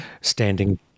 standing